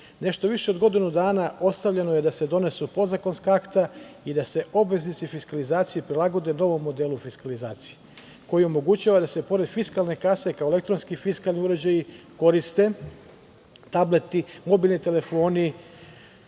Nešto više od godinu dana ostavljeno je da se donesu podzakonska akta, i da se obveznici fiskalizacije prilagode novom modelu fiskalizacije, koji omogućava da se pored fiskalne kase, kao elektronski fiskalni uređaji koriste tableti, mobilni telefoni,